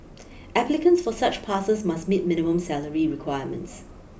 applicants for such passes must meet minimum salary requirements